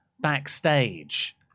backstage